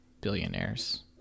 billionaires